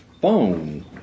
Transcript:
phone